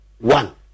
one